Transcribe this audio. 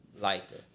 lighter